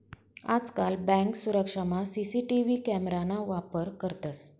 आजकाल बँक सुरक्षामा CCTV camera ना वापर करतंस